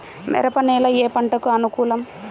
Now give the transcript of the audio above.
మెరక నేల ఏ పంటకు అనుకూలం?